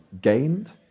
gained